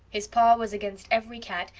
his paw was against every cat,